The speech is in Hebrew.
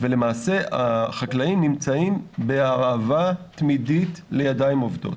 ולמעשה החקלאים נמצאים בהרעבה תמידית לידיים עובדות.